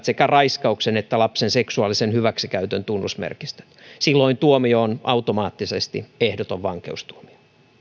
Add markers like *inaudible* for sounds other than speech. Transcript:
*unintelligible* sekä raiskauksen että lapsen seksuaalisen hyväksikäytön tunnusmerkistön silloin tuomio on automaattisesti ehdoton vankeustuomio